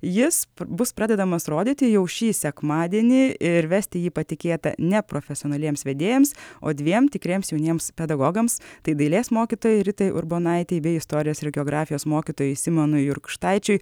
jis bus pradedamas rodyti jau šį sekmadienį ir vesti jį patikėta neprofesionaliems vedėjams o dviem tikriems jauniems pedagogams tai dailės mokytojai ritai urbonaitei bei istorijos ir geografijos mokytojai simonui jurkšaičiui